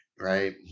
right